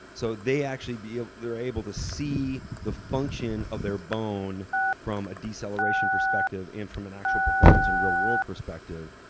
so they actually, ah they're able to see the function of their bone from a deceleration perspective, and from an actual performance and real-world perspective,